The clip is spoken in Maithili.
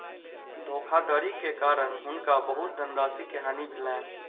धोखाधड़ी के कारण हुनका बहुत धनराशि के हानि भेलैन